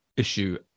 issue